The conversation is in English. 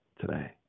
today